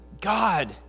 God